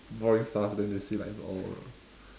boring stuff then they see like oh